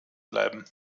bleiben